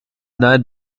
nein